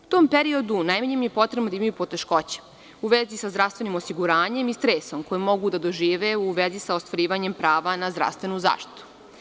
U tom periodu najmanje im je potrebno da imaju poteškoća u vezi sa zdravstvenim osiguranjem i stresom koji mogu da dožive u vezi sa ostvarivanjem prava na zdravstvenu zaštitu.